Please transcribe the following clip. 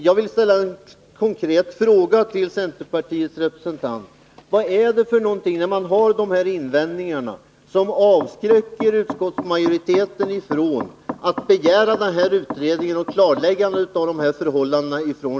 Jag vill ställa en konkret fråga till centerpartiets representant: När man har dessa invändningar, vad är det som avskräcker utskottsmajoriteten från att av regeringen begära en utredning och ett klarläggande av dessa förhållanden?